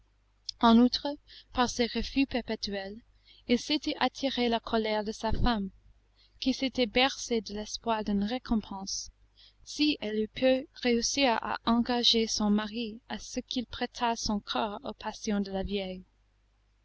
en outre par ses refus perpétuels il s'était attiré la colère de sa femme qui s'était bercée de l'espoir d'une récompense si elle eût pu réussir à engager son mari à ce qu'il prêtât son corps aux passions de la vieille